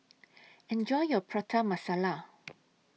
Enjoy your Prata Masala